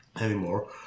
anymore